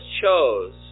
chose